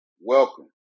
Welcome